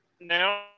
now